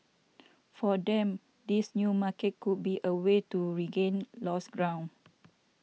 for them this new market could be a way to regain lost ground